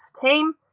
team